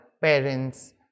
parents